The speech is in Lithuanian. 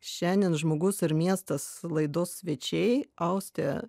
šiandien žmogus ar miestas laidos svečiai austė